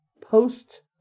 post